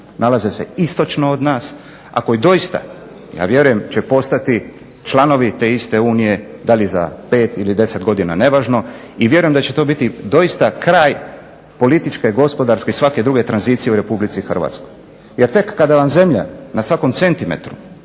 nalaze se istočno od nas. Ako je doista, a vjerujem će postati članovi te iste unije, da li za 5 ili 10 godina nevažno i vjerujem da će to biti doista kraj političke, gospodarske i svake druge tranzicije u Republici Hrvatskoj. Jer tek kada vam zemlja na svakom centimetru